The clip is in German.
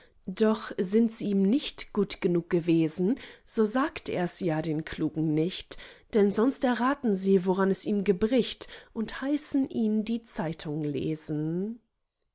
doch sind sie ihm nicht gut genug gewesen so sag ers ja den klugen nicht denn sonst erraten sie woran es ihm gebricht und heißen ihn die zeitung lesen